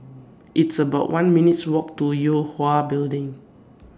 It's about one minutes' Walk to Yue Hwa Building